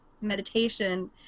meditation